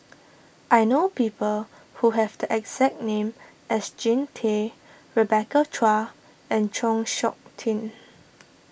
I know people who have the exact name as Jean Tay Rebecca Chua and Chng Seok Tin